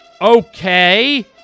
Okay